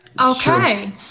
Okay